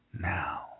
now